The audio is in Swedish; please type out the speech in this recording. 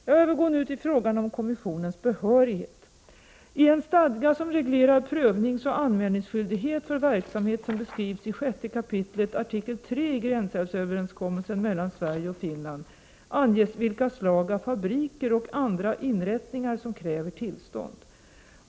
Jag övergår nu till frågan om kommissionens behörighet. I en stadga som reglerar prövningsoch anmälningsskyldighet för verksamhet som beskrivs i kap. 6 artikel 3 i gränsälvsöverenskommelsen mellan Sverige och Finland anges vilka slag av fabriker och andra inrättningar som kräver tillstånd.